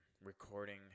Recording